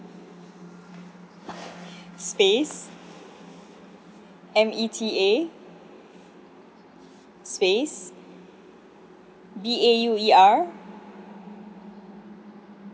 space M E T A space B A U E R